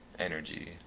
energy